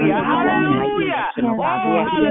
Hallelujah